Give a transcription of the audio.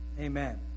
Amen